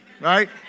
Right